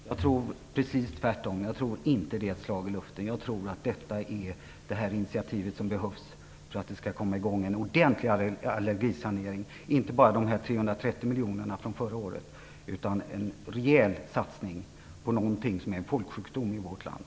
Herr talman! Jag tror precis tvärtom. Jag tror inte att det är ett slag i luften. Jag tror att detta är det initiativ som behövs för att en ordentlig allergisanering skall komma i gång. Nu har man inte bara dessa 330 miljoner från förra året utan kan göra en rejäl satsning på något som är en folksjukdom i vårt land.